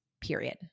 period